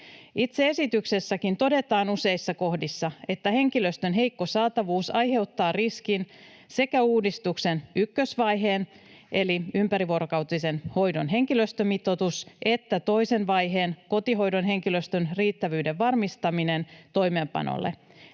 Itse esityksessäkin todetaan useissa kohdissa, että henkilöstön heikko saatavuus aiheuttaa riskin sekä uudistuksen ykkösvaiheen — eli ympärivuorokautisen hoidon henkilöstömitoituksen — että toisen vaiheen eli kotihoidon henkilöstön riittävyyden varmistamisen toimeenpanolle.